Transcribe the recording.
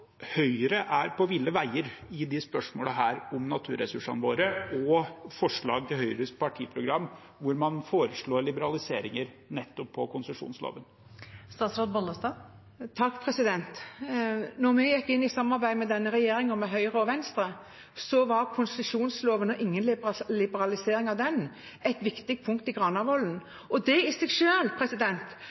Høyre er på ville veier i disse spørsmålene om naturressursene våre – og i forslag til Høyres partiprogram, hvor man foreslår liberaliseringer nettopp i konsesjonslover? Da vi gikk inn i samarbeid med denne regjeringen, med Høyre og Venstre, var ingen liberalisering av konsesjonslovene et viktig punkt i Granavolden-plattformen. Det i seg